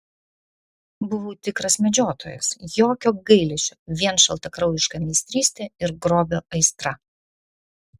buvau tikras medžiotojas jokio gailesčio vien šaltakraujiška meistrystė ir grobio aistra